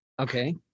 Okay